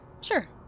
Sure